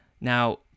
Now